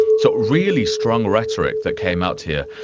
so really strong rhetoric that came out here.